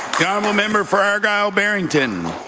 um ah member for argue gail barrington?